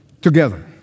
together